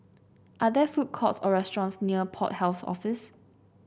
are there food courts or restaurants near Port Health Office